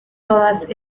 todas